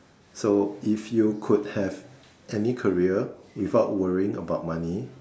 so if you could have any career without worrying about money